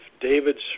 David's